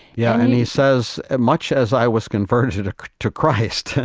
yeah. and he says, ah much as i was converted ah to christ,